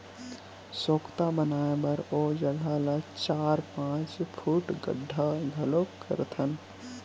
सोख्ता बनाए बर ओ जघा ल चार, पाँच फूट गड्ढ़ा घलोक करथन